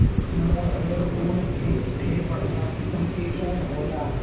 मोहेर ऊन एक ठे बढ़िया किस्म के ऊन होला